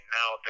now